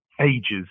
ages